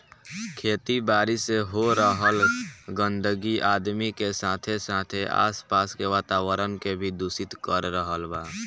खेती बारी से हो रहल गंदगी आदमी के साथे साथे आस पास के वातावरण के भी दूषित कर रहल बा